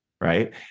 right